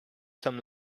some